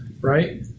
right